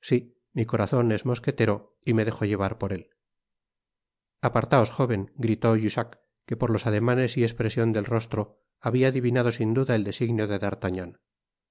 si mi corazon es mosquetero y me dejo llevar por él apartaos jóven gritó jussacquepor los ademanes y espresion del rostro habia adivinado sin duda el designio de